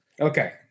Okay